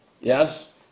Yes